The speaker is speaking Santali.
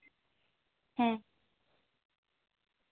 ᱦᱮᱸ